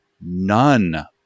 none